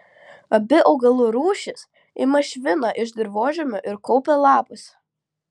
abi augalų rūšys ima šviną iš dirvožemio ir kaupia lapuose